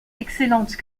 excellente